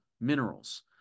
minerals